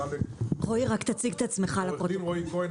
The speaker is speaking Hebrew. אני עו"ד רועי כהן,